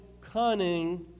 cunning